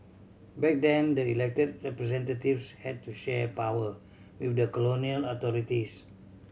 back then the elected representatives had to share power with the colonial authorities